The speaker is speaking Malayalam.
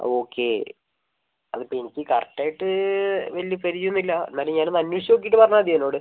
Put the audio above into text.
ഓക്കേ അത് ഇപ്പോൾ എനിക്ക് കറക്ട് ആയിട്ട് വലിയ പരിചയം ഒന്നുമില്ല എന്നാലും ഞാൻ ഒന്ന് അന്വേഷിച്ച് നോക്കിയിട്ട് പറഞ്ഞാൽ മതിയോ നിന്നോട്